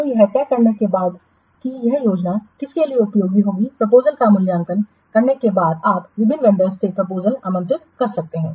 तो यह तय करने के बाद कि यह योजना किसके लिए उपयोग होगी प्रपोजलस का मूल्यांकन करने के बाद आप विभिन्न वंडर्स से प्रपोजल आमंत्रित कर सकते हैं